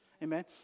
Amen